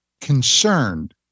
concerned